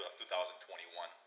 2021